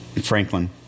Franklin